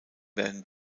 werden